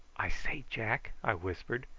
i say, jack, i whispered,